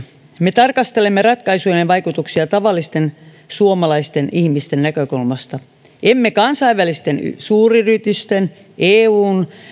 me tarkastelemme ratkaisujen vaikutuksia tavallisten suomalaisten ihmisten näkökulmasta emme kansainvälisten suuryritysten eun